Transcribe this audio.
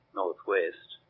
northwest